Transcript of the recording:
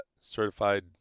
Certified